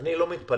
אני לא מתפלל,